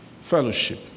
fellowship